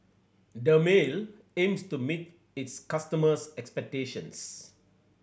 dermale aims to meet its customers' expectations